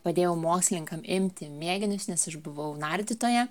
padėjau mokslininkam imti mėginius nes aš buvau nardytoja